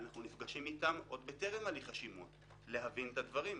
אנחנו נפגשים איתם עוד בטרם הליך השימוע להבין את הדברים,